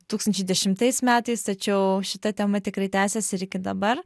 du tūkstančiai dešimtais metais tačiau šita tema tikrai tęsiasi iki dabar